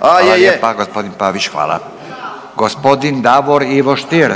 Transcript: Hvala lijepa gospodin Pavić, hvala. Gospodin Davor Ivo Stier,